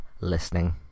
listening